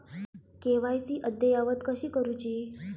KYC अद्ययावत कशी करुची?